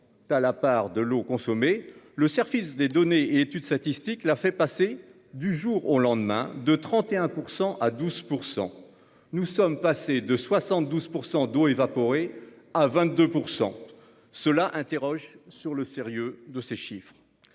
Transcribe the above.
Tu as la part de l'eau consommée, le service des données études statistiques la fait passer du jour au lendemain, de 31% à 12%. Nous sommes passés de 72% d'eau évaporée à 22% cela interroge sur le sérieux de ces chiffres.